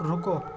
رکو